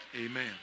Amen